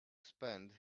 spend